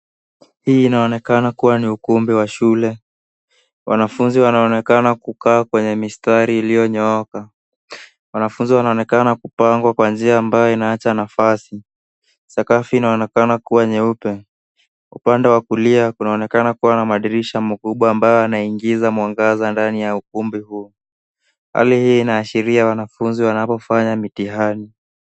Hii inaonekana kuwa ni ukumbi wa shule. Wanafunzi wanaonekana kukaa kwenye mistari iliyonyooka. Wanafunzi wanaonekana kupangwa kwa njia ambayo inaacha nafasi. Sakafu inaonekana kuwa nyeupe. Upande wa kulia kunaonekana kuwa na madirisha makubwa ambayo yanaingiza mwangaza ndani ya ukumbi huu. Hali hii inaashiria wanafunzi wanapofanya mitihani.